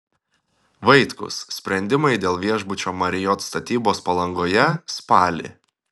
vaitkus sprendimai dėl viešbučio marriott statybos palangoje spalį